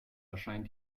erscheint